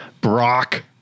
Brock